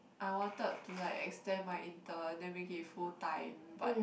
I wanted to like extend my intern then make it full time but